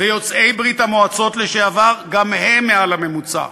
ויוצאי ברית-המועצות לשעבר, גם הם מעל הממוצע.